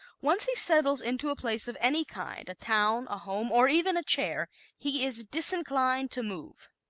once he settles into a place of any kind a town, a home, or even a chair he is disinclined to move.